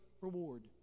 reward